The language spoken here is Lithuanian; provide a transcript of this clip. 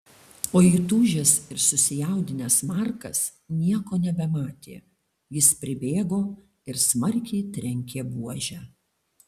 o įtūžęs ir susijaudinęs markas nieko nebematė jis pribėgo ir smarkiai trenkė buože